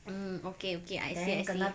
mm okay okay I see I see